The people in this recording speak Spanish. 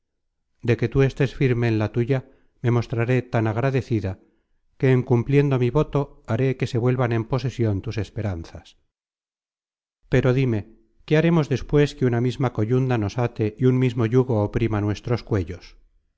de que tú estés firme en la tuya me mostraré tan agradecida que en cumpliendo mi voto haré que se vuelvan en posesion tus esperanzas pero dime qué haremos despues que una misma coyunda nos ate y un mismo yugo oprima nuestros cuellos